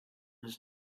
has